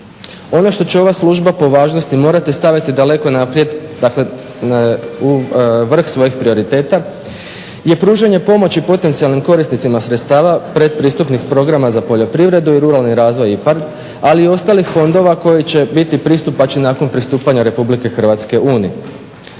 Ono što će ova služba po važnosti morati staviti daleko naprijed, dakle u vrh svojih prioriteta je pružanje pomoći potencijalnim korisnicima sredstava pretpristupnih programa za poljoprivredu i ruralni razvoj IPARD, ali i ostalih fondova koji će biti pristupačni nakon pristupanja Republike Hrvatske EU.